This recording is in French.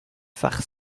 farce